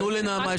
תנו לנעמה,